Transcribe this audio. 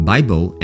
Bible